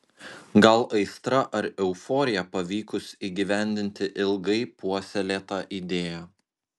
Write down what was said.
gal aistra ar euforija pavykus įgyvendinti ilgai puoselėtą idėją